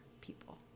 people